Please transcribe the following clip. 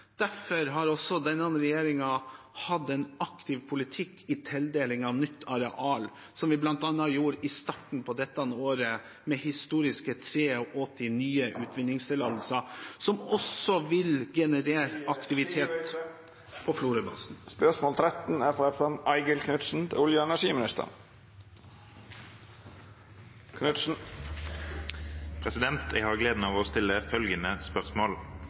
Derfor har også denne regjeringen hatt en aktiv politikk i tildeling av nytt areal, slik vi bl.a. gjorde i starten på dette året, med historiske 83 nye utvinningstillatelser, som også vil generere aktivitet på Florø-basen. Jeg har gleden av å stille følgende spørsmål: